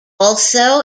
also